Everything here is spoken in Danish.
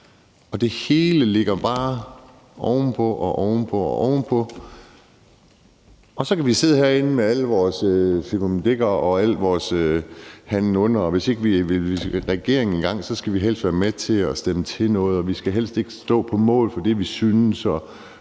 på. Det hele lægges bare ovenpå og ovenpå, og så kan vi sidde herinde med al vores fikumdik og al vores handlen: Hvis vi vil i regeringen engang, skal vi helst være med til at stemme for noget, og vi skal helst ikke stå på mål for det, vi synes,